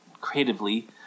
creatively